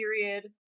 period